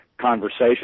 conversation